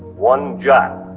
one jack